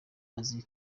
azi